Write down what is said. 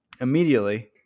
immediately